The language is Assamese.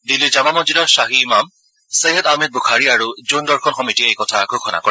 দিল্লীৰ জামা মছজিদৰ শ্বাহি ইমাম চৈয়দ আহমেদ বুখাৰী আৰু জোন দৰ্শন সমিতিয়ে এই কথা ঘোষণা কৰে